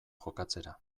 jokatzera